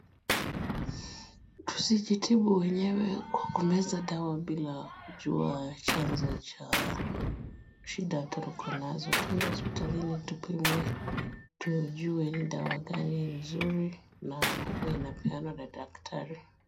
Tusijitibu wenyewe kwa kumeza dawa bila kujua chanzo cha shida tuko nazo. Twende hospitalini tupimwe tujue ni dawa gani nzuri na huwa inapeanwa na daktari.